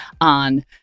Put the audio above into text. on